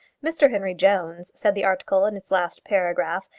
mr henry jones, said the article in its last paragraph,